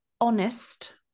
honest